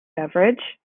beverage